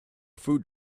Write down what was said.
food